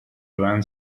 duran